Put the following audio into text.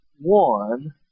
one